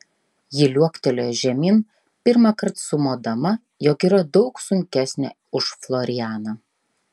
ji liuoktelėjo žemyn pirmąkart sumodama jog yra daug sunkesnė už florianą